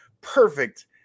perfect